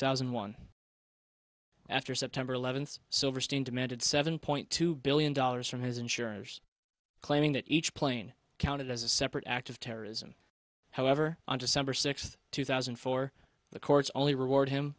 thousand and one after september eleventh silverstein demanded seven point two billion dollars from his insurers claiming that each plane counted as a separate act of terrorism however on december sixth two thousand and four the court's only reward him